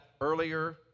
earlier